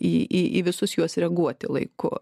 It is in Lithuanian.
į į į visus juos reaguoti laiku